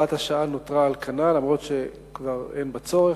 הוראת השעה נותרה על כנה אף-על-פי שכבר אין בה צורך.